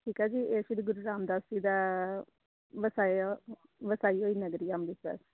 ਠੀਕ ਹੈ ਜੀ ਇਹ ਸ਼੍ਰੀ ਗੁਰੂ ਰਾਮਦਾਸ ਜੀ ਦਾ ਵਸਾਇਆ ਵਸਾਈ ਹੋਈ ਨਗਰੀ ਆ ਅੰਮ੍ਰਿਤਸਰ